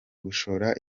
gushora